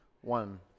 one